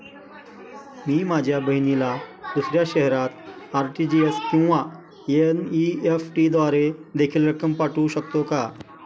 मी माझ्या बहिणीला दुसऱ्या शहरात आर.टी.जी.एस किंवा एन.इ.एफ.टी द्वारे देखील रक्कम पाठवू शकतो का?